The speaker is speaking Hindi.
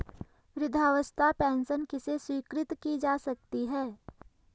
वृद्धावस्था पेंशन किसे स्वीकृत की जा सकती है?